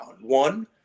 One